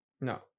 no